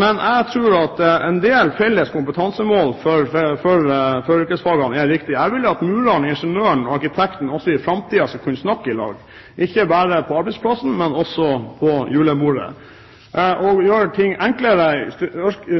Men jeg tror at en del felles kompetansemål for yrkesfagene er viktig. Jeg vil at mureren, ingeniøren og arkitekten også i framtiden skal kunne snakke med hverandre, ikke bare på arbeidsplassen, men også på julebordet. Å gjøre ting enklere